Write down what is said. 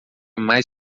mais